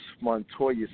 Montoya